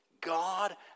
God